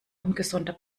ungesunder